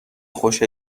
خوش